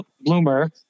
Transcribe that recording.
bloomer